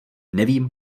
nevím